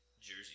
jersey